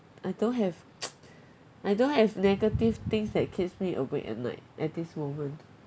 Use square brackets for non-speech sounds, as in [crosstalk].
I don't have [noise] I don't have negative things that keeps me awake at night at this moment